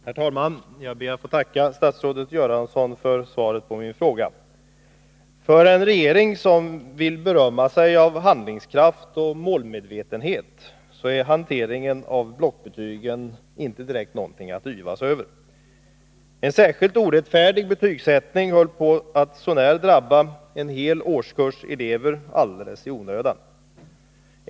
Herr talman! Jag ber att få tacka statsrådet Göransson för svaret på min fråga. För en regering som gärna vill berömma sig av handlingskraft och målmedvetenhet är hanteringen av blockbetygen inte direkt något att yvas över. En särskilt orättfärdig betygsättning höll så när på att drabba en hel årskull elever alldeles i onödan.